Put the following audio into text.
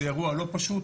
זה אירוע לא פשוט,